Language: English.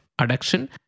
adduction